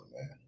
man